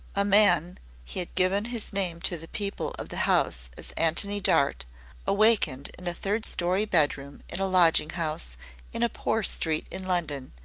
a man he had given his name to the people of the house as antony dart awakened in a third-story bedroom in a lodging-house in a poor street in london,